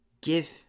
give